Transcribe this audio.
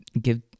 give